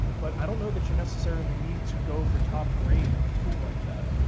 but i don't know that you necessarily need to go for top grade on a tool like that,